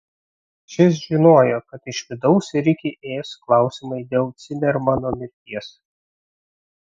šis žinojo kad iš vidaus rikį ės klausimai dėl cimermano mirties